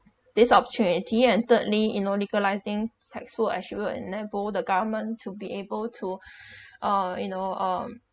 this opportunity and thirdly you know legalising sex work actually will enable the government to be able to uh you know um